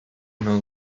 know